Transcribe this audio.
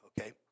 okay